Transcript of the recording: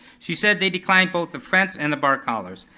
she said they declined both the fence and the bark collars.